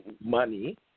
money